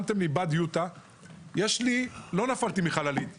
שמתם לי בד יוטה ולא נפלתי מחללית,